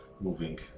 moving